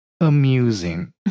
amusing